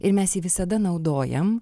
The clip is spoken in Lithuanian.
ir mes jį visada naudojam